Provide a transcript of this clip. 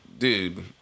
Dude